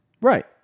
Right